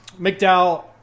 McDowell